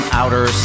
outer